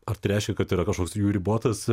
ar tai reiškia kad yra kažkoks jų ribotas